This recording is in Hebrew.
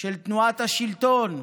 של תנועת השלטון,